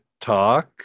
talk